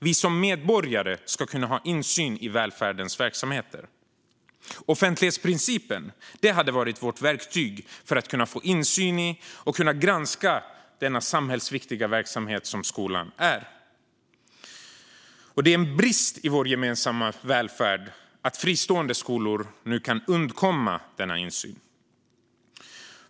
Vi som medborgare ska kunna ha insyn i välfärdens verksamheter. Offentlighetsprincipen hade varit vårt verktyg för att kunna få insyn i och granska den samhällsviktiga verksamhet som skolan är. Det är en brist i vår gemensamma välfärd att fristående skolor nu kan undkomma denna insyn.